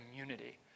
community